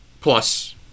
plus